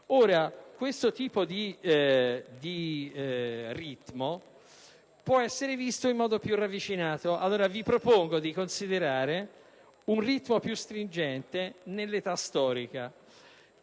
fa. Questo tipo di ritmo può essere visto in modo più ravvicinato: vi propongo dunque di considerare un ritmo più stringente nell'età storica.